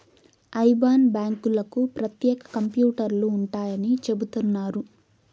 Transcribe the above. IBAN బ్యాంకులకు ప్రత్యేక కంప్యూటర్లు ఉంటాయని చెబుతున్నారు